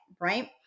right